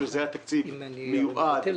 שזה התקציב המיועד,